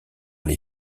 les